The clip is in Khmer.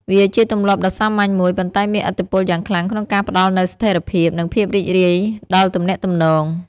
វាជាទម្លាប់ដ៏សាមញ្ញមួយ ប៉ុន្តែមានឥទ្ធិពលយ៉ាងខ្លាំងក្នុងការផ្តល់នូវស្ថិរភាព និងភាពរីករាយដល់ទំនាក់ទំនង។